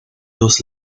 dos